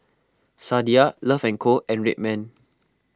Sadia Love and Co and Red Man